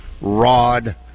rod